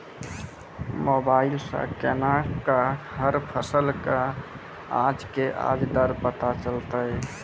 Mobile सऽ केना कऽ हर फसल कऽ आज के आज दर पता चलतै?